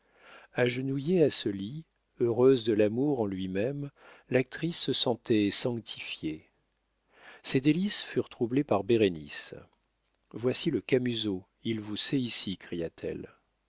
agenouillée à ce lit heureuse de l'amour en lui-même l'actrice se sentait sanctifiée ces délices furent troublées par bérénice voici le camusot il vous sait ici cria-t-elle